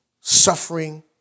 suffering